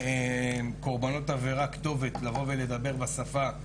קורבנות עבירה כתובת לבוא ולדבר בשפה,